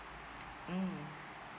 mm